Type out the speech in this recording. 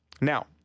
Now